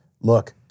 Look